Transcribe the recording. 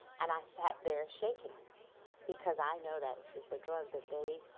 and i sat there shaking because i know that is the drug that they